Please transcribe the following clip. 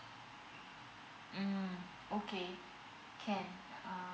mm okay can